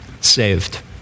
saved